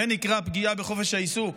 זה נקרא פגיעה בחופש העיסוק?